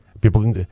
People